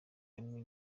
hamwe